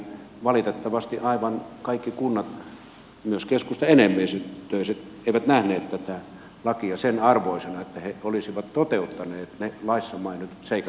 valitettavasti aivan kaikki kunnat myöskään keskustaenemmistöiset eivät nähneet tätä lakia sen arvoisena että ne olisivat toteuttaneet ne laissa mainitut seikat mutta se on toinen juttu